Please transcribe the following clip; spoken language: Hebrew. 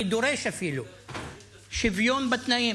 אני דורש אפילו שוויון בתנאים.